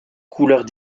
couleurs